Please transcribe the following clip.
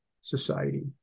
society